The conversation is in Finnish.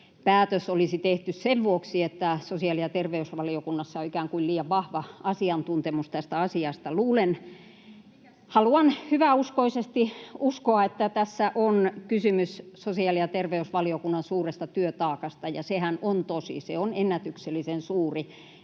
olisi tehty sen vuoksi, että sosiaali- ja terveysvaliokunnassa on ikään kuin liian vahva asiantuntemus tästä asiasta. [Aino-Kaisa Pekonen: Mikä sitten?] Haluan hyväuskoisesti uskoa, että tässä on kysymys sosiaali- ja terveysvaliokunnan suuresta työtaakasta. Ja sehän on tosi, se on ennätyksellisen suuri